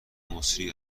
مسری